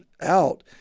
out